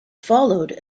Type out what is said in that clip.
followed